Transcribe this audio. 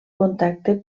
contacte